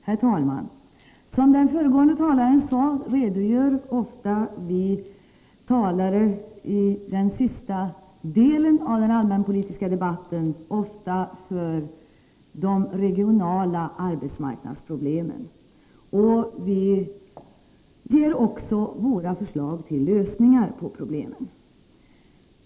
Herr talman! Som den föregående talaren sade redogör vi talare i den sista delen av den allmänpolitiska debatten ofta för de regionala arbetsmarknadsproblemen. Och vi ger också våra förslag till lösningar på problemen.